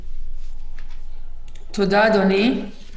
תודה, אדוני.